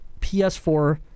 PS4